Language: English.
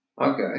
Okay